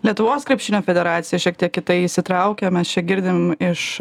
lietuvos krepšinio federacija šiek tiek į tai įsitraukia mes čia girdime iš